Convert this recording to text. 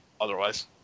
otherwise